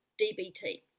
dbt